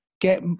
get